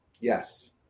Yes